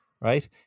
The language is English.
right